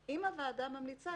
אם הוועדה ממליצה,